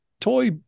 toy